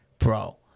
bro